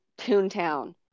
Toontown